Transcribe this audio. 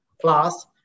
plus